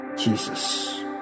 Jesus